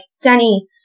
danny